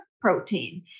protein